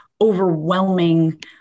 overwhelming